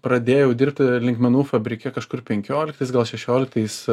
pradėjau dirbti linkmenų fabrike kažkur penkioliktais gal šešioliktais